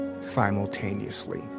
simultaneously